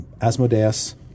Asmodeus